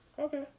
Okay